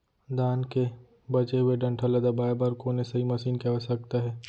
धान के बचे हुए डंठल ल दबाये बर कोन एसई मशीन के आवश्यकता हे?